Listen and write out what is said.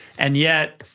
and yet,